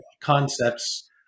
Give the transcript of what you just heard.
concepts